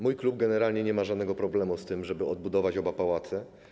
Mój klub generalnie nie ma żadnego problemu z tym, żeby odbudować oba pałace.